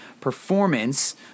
performance